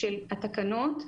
האלה ברשתות המזון,